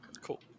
Cool